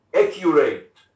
accurate